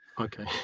Okay